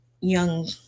young